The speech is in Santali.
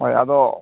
ᱦᱳᱭ ᱟᱫᱚ